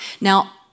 now